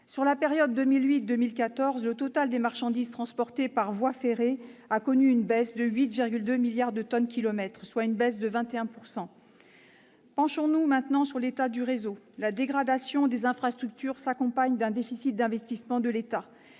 Sur la période 2008-2014, le total des marchandises transportées par voie ferrée a connu une baisse de 8,2 milliards de tonnes-kilomètres, soit une baisse de 21 %. La dégradation des infrastructures s'accompagne d'un déficit d'investissement de l'État,